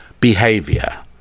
behavior